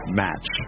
match